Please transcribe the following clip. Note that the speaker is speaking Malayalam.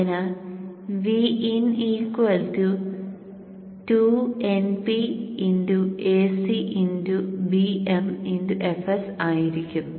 അതിനാൽ Vin 2Np Ac Bmfs ആയിരിക്കും